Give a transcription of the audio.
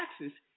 taxes